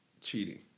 cheating